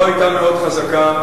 לא היתה כזאת חזקה.